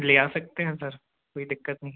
लेया सकते हैं सर कोई दिक्कत नहीं है